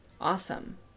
awesome